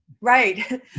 Right